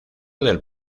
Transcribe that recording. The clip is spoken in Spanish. del